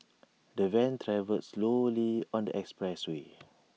the van travelled slowly on the expressway